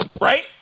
right